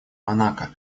монако